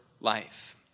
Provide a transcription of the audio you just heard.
life